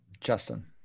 Justin